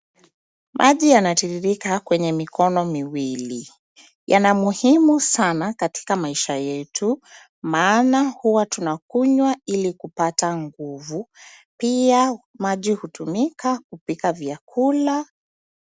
Maji yanatiririka kwenye mikono miwili. Yana umuhimu sana katika maisha yetu, maana huwa tunakunywa ili kupata nguvu. Pia maji hutumika kupika vyakula.